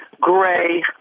gray